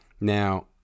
Now